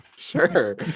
sure